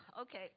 Okay